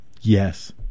Yes